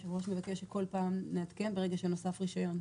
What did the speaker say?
יושב הראש מבקש שכל פעם נעדכן ברגע שנוסף רישיון.